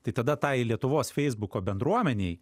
tai tada tai lietuvos feisbuko bendruomenei